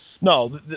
no